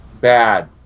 bad